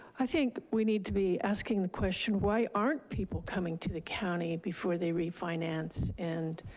i think we need to be asking the question why aren't people coming to the county before they refinance and